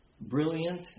brilliant